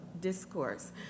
discourse